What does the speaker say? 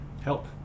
help